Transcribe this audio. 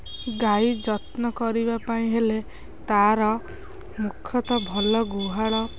ଗାଈ ଯତ୍ନ କରିବା ପାଇଁ ହେଲେ ତା'ର ମୁଖ୍ୟତଃ ଭଲ ଗୁହାଳ